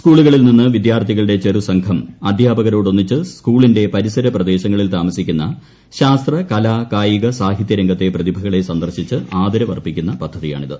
സ്കൂളു്കളിൽ നിന്ന് വിദ്യാർത്ഥികളുടെ ചെറുസംഘം അദ്ധ്യാപകരോടൊന്നിച്ച് സ്കൂളിന്റെ പരിസര പ്രദേശങ്ങളിൽ താമസ്റ്റിക്കുന്ന സാഹിത്യരംഗത്തെ പ്രതിഭുകളെ സന്ദർശിച്ച് ആദരവർപ്പിക്കുന്ന പദ്ധതിയാണിത്